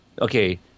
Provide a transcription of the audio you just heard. okay